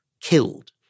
killed